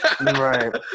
Right